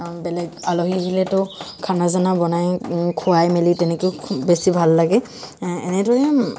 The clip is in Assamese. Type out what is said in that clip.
বেলেগ আলহী আহিলেটো খানা চানা বনাই খোৱাই মেলি তেনেকৈও বেছি ভাল লাগে এনেদৰে